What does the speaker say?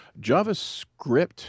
javascript